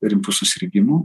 rimtų susirgimų